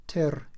ter